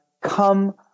come